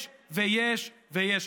יש ויש ויש.